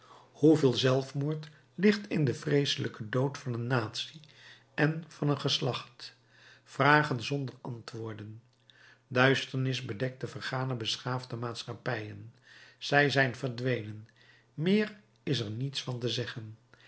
hoeveel zelfmoord ligt in den vreeselijken dood van een natie en van een geslacht vragen zonder antwoorden duisternis bedekt de vergane beschaafde maatschappijen zij zijn verdwenen meer is er niets van te zeggen